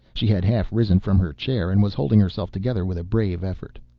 she had half risen from her chair, and was holding herself together with a brave effort.